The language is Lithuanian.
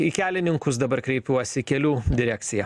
į kelininkus dabar kreipiuosi kelių direkcija